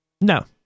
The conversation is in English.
No